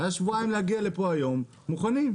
היו שבועיים להגיע לפה היום מוכנים.